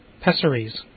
pessaries